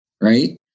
right